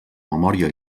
memòria